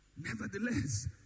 Nevertheless